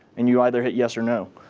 and you either hit yes or no.